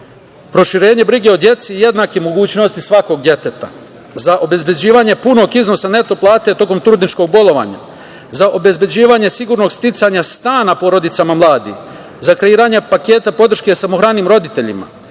proširenje brige o deci i jednakim mogućnostima svakog deteta, za obezbeđivanje punog iznosa neto plate tokom trudničkog bolovanja, za obezbeđivanje sigurnog sticanja stana porodicama mladih, za kreiranje paketa podrške samohranim roditeljima,